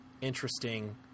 interesting